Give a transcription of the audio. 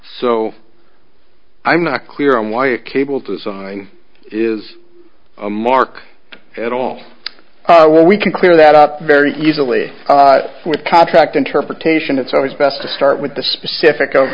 so i'm not clear on why a cable design is a mark at all when we can clear that up very easily with contract interpretation it's always best to start with the specific o